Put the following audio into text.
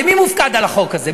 הרי מי מופקד על החוק הזה?